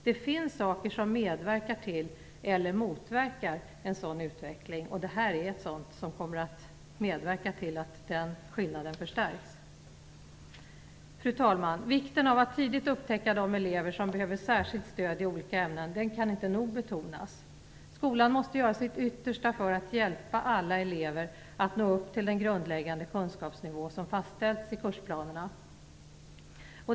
Det finns saker som medverkar till eller motverkar en sådan utveckling. Detta är något som kommer att medverka till att den förstärks. Fru talman! Vikten av att tidigt upptäcka de elever som behöver särskilt stöd i olika ämnen kan inte nog betonas. Skolan måste göra sitt yttersta för att hjälpa alla elever att nå upp till den grundläggande kunskapsnivå som fastställts i kursplanerna.